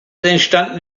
entstanden